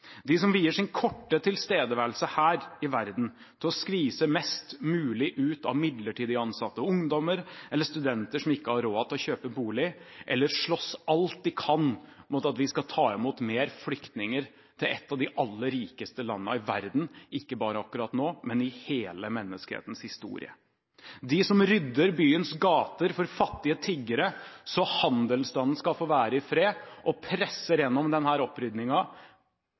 de som vier sin korte tilstedeværelse her i verden til å skvise mest mulig ut av midlertidig ansatte ungdommer eller studenter som ikke har råd til å kjøpe bolig, eller slåss alt de kan mot at vi skal ta imot flere flyktninger til et av de aller rikeste landene i verden, ikke bare akkurat nå, men i hele menneskehetens historie, de som rydder byens gater for fattige tiggere, så handelsstanden skal få være i fred, og presser